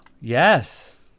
Yes